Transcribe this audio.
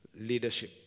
Leadership